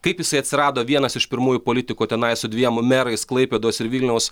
kaip jisai atsirado vienas iš pirmųjų politikų tenai su dviem merais klaipėdos ir vilniaus